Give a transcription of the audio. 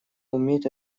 уметь